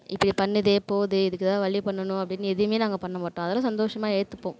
இப்படி பண்ணுதே போகுதே இதுக்கு ஏதா வழி பண்ணணும் அப்படி எதுவுமே பண்ண மாட்டோம் அதெல்லாம் சந்தோஷமாக ஏற்றுப்போம்